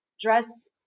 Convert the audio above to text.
dress